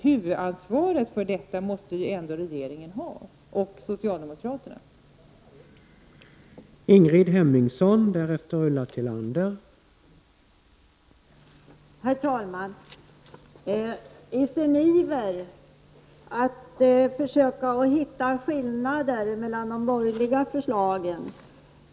Huvudansvaret för detta måste ändå regeringen och socialdemokraterna ha.